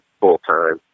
full-time